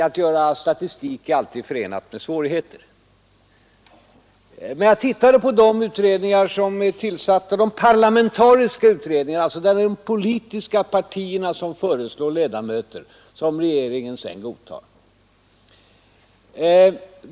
Att göra statistik är alltid förenat med svårigheter, men jag tittade på de parlamentariska utredningarna, till vilka alltså de politiska partierna föreslår ledamöter som regeringen sedan godtar.